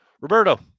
Roberto